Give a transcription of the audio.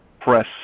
press